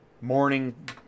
morning